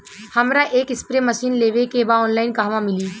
हमरा एक spray machine लेवे के बा ऑनलाइन कहवा मिली?